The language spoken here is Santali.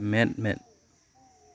ᱢᱮᱫ ᱢᱮᱫ